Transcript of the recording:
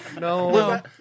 No